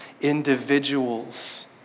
individuals